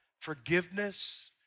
forgiveness